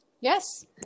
Yes